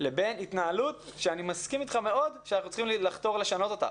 לבין התנהלות שאני מסכים איתך מאוד שאנחנו צריכים לחתור לשנות אותה.